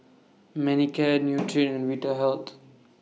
Manicare Nutren Vitahealth